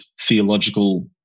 theological